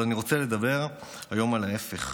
אבל אני רוצה לדבר היום על ההפך,